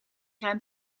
ruimt